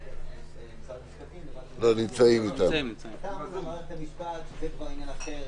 מצד מערכת המשפט זה כבר עניין אחר